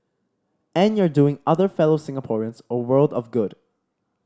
and you're doing other fellow Singaporeans a world of good